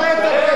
רק תראה את הפתק.